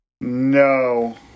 No